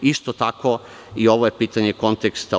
Isto tako, i ovo je pitanje konteksta.